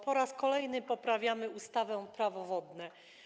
Po raz kolejny poprawiamy ustawę Prawo wodne.